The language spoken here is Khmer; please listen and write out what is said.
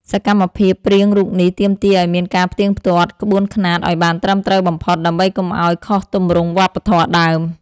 សកម្មភាពព្រាងរូបនេះទាមទារឱ្យមានការផ្ទៀងផ្ទាត់ក្បួនខ្នាតឱ្យបានត្រឹមត្រូវបំផុត ដើម្បីកុំឱ្យខុសទម្រង់វប្បធម៌ដើម។